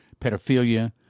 pedophilia